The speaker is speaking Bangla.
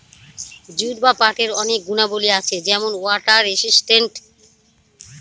জুট বা পাটের অনেক গুণাবলী আছে যেমন ওয়াটার রেসিস্টেন্ট